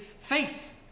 faith